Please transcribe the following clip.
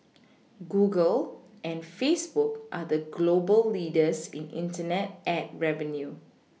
Google and Facebook are the global leaders in Internet ad revenue